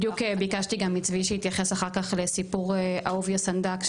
בדיוק ביקשתי גם מצבי שיתייחס אחר כך לסיפור אהוביה סנדק,